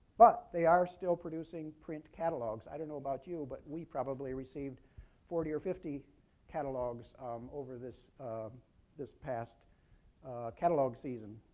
but they are still producing print catalogs. i don't know about you, but we probably received forty or fifty catalogs over this um this past catalog season.